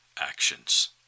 actions